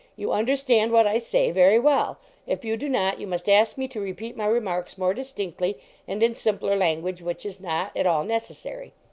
you understand what i say very well if you do not, you must ask me to repeat my remarks more distinctly and in simpler language, which is not at all necessary.